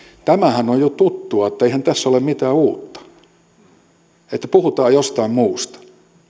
tämähän on on jo tuttua että eihän tässä ole mitään uutta puhutaan jostain muusta